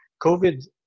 COVID